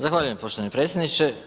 Zahvaljujem poštovani predsjedniče.